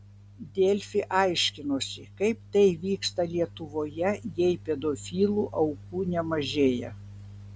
delfi aiškinosi kaip tai vyksta lietuvoje jei pedofilų aukų nemažėja